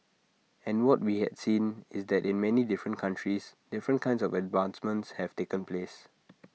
and what we had seen is that in many different countries different kinds of advancements have taken place